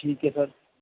ٹھیک ہے سر